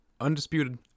Undisputed